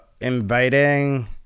inviting